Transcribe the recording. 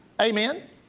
Amen